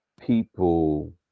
people